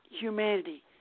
humanity